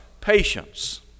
patience